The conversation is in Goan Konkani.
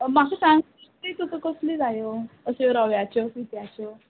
म्हाका सांग ते तुका कसली जायो अश्यो रव्याच्यो कित्याच्यो